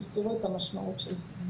אז תראו את המשמעות של זה.